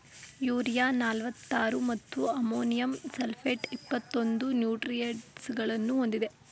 urea ನಲ್ವತ್ತಾರು ಮತ್ತು ammonium sulphate ಇಪ್ಪತ್ತೊಂದು ನ್ಯೂಟ್ರಿಯೆಂಟ್ಸಗಳನ್ನು ಹೊಂದಿದೆ